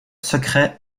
secret